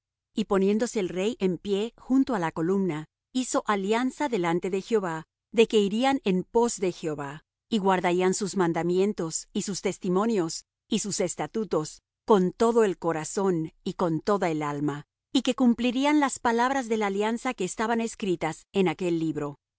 y poniéndose el rey en pie junto á la columna hizo alianza delante de jehová de que irían en pos de jehová y guardarían sus mandamientos y sus testimonios y sus estatutos con todo el corazón y con toda el alma y que cumplirían las palabras de la alianza que estaban escritas en aquel libro y